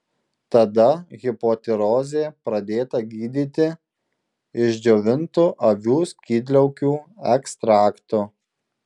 tada hipotirozė pradėta gydyti išdžiovintu avių skydliaukių ekstraktu